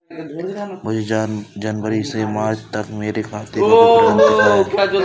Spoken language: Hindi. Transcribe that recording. मुझे जनवरी से मार्च तक मेरे खाते का विवरण दिखाओ?